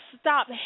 stop